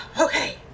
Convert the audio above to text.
Okay